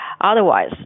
Otherwise